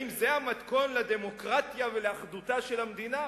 האם זה המתכון לדמוקרטיה ולאחדותה של המדינה?